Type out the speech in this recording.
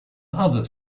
other